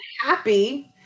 happy